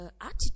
attitude